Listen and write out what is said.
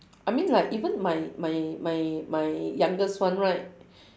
I mean like even my my my my youngest one right